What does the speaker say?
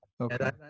Okay